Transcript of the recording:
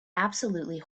absolutely